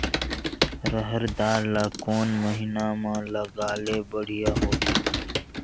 रहर दाल ला कोन महीना म लगाले बढ़िया होही?